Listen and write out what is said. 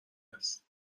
هست